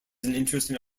interesting